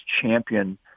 champion